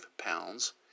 pounds